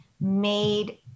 made